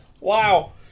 Wow